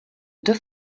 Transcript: deux